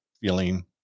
feeling